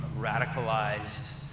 radicalized